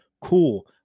Cool